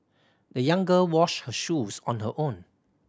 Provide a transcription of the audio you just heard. the young girl washed her shoes on her own